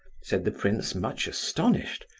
said the prince, much astonished.